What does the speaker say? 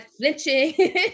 flinching